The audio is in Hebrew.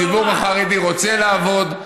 הציבור החרדי רוצה לעבוד.